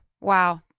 Wow